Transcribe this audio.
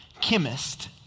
chemist